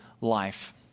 life